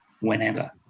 Whenever